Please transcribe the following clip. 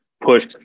push